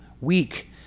weak